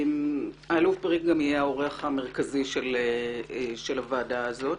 האלוף בריק יהיה האורח המרכזי של הוועדה הזו.